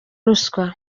ruswa